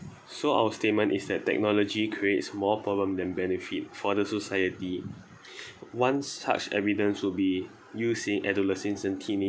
so our statement is that technology creates more problem than benefit for the society one such evidence will be used in adolescence and